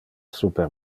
super